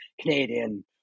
Canadian